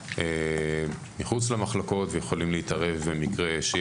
מחוץ למחלקות ויכולים להתערב במקרים.